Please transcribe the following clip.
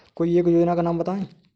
कोई एक योजना का नाम बताएँ?